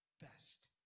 best